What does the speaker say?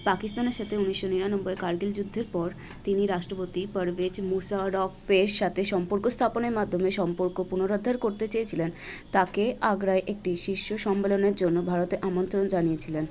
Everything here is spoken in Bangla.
পাকিস্তানের সাথে উনিশশো নিরানব্বইয়ে কার্গিল যুদ্ধের পর তিনি রাষ্ট্রপতি পারভেজ মোশারফের সাথে সম্পর্ক স্থাপনের মাধ্যমে সম্পর্ক পুনরুদ্ধার করতে চেয়েছিলেন তাকে আগ্রায় একটি শীর্ষ সম্মেলনের জন্য ভারতে আমন্ত্রণ জানিয়েছিলেন